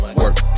work